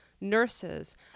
Nurses